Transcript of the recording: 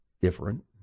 different